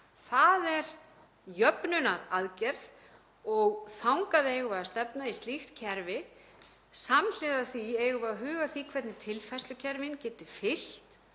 Það er jöfnunaraðgerð og þangað eigum við að stefna, í slíkt kerfi. Samhliða því eigum við að huga að því hvernig tilfærslukerfin geti fylgt